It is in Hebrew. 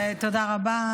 תודה רבה.